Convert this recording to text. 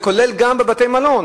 וכולל גם בבתי-מלון,